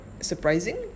surprising